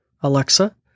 Alexa